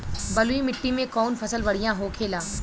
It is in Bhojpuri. बलुई मिट्टी में कौन फसल बढ़ियां होखे ला?